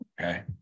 okay